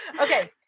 Okay